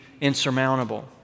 insurmountable